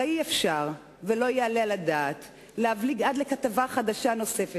הרי אי-אפשר ולא יעלה על הדעת להבליג עד לכתבה חדשה נוספת,